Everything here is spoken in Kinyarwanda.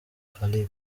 fally